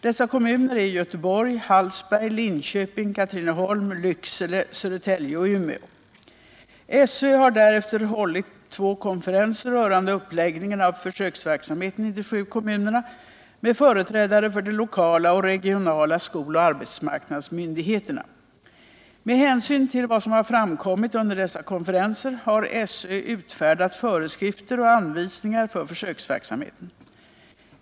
Dessa kommuner är Göteborg, Hallsberg, Linköping, Katrineholm, Lycksele, Södertälje och Umeå. SÖ har därefter hållit två konferenser rörande uppläggningen av försöksverksamheten i de sju kommunerna med företrädare för de lokala och regionala skoloch arbetsmarknadsmyndigheterna. Med hänsyn till vad som har framkommit under dessa konferenser har SÖ utfärdat föreskrifter och anvisningar för försöksverksamheten.